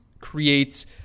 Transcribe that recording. creates